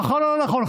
נכון או לא נכון,